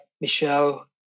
Michelle